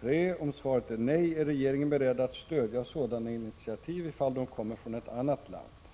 3) Om svaret är nej: Är regeringen beredd att stödja sådana initiativ ifall de kommer från ett annat land?